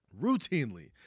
routinely